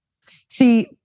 See